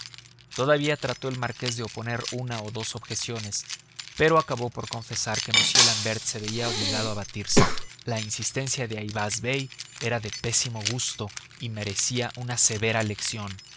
todavía trató el marqués de oponer una o dos objeciones pero acabó por confesar que m l'ambert se veía obligado a batirse la insistencia de ayvaz bey era de pésimo gusto y merecía una severa lección